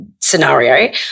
scenario